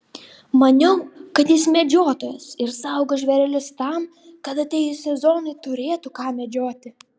maniau kad jis medžiotojas ir saugo žvėrelius tam kad atėjus sezonui turėtų ką medžioti